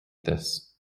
this